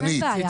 אין להם בעיה.